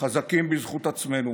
חזקים בזכות עצמנו.